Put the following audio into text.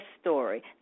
story